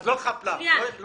אז לא חאפ לאפ, לא יהיה חאפ לא.